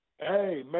Hey